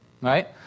Right